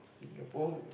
Singapore